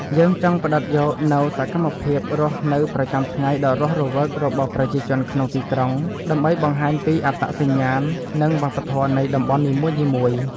យើងចង់ផ្ដិតយកនូវសកម្មភាពរស់នៅប្រចាំថ្ងៃដ៏រស់រវើករបស់ប្រជាជនក្នុងទីក្រុង ដើម្បីបង្ហាញពីអត្តសញ្ញាណ និងវប្បធម៌នៃតំបន់នីមួយៗ។